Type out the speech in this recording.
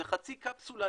זה חצי קפסולה,